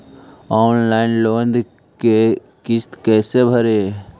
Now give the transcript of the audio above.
Online loan के किस्त कैसे भरे?